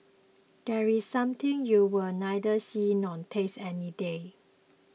there is something you'll neither see nor taste any day